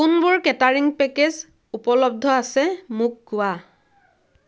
কোনবোৰ catering package উপলব্ধ আছে মোক কোৱা